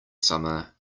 summer